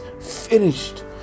finished